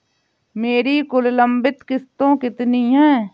मेरी कुल लंबित किश्तों कितनी हैं?